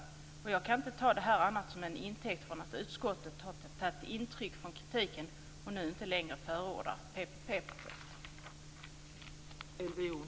Jag kan inte ta detta annat än till intäkt för att utskottet har tagit intryck av kritiken och nu inte längre förordar PPP-projekt.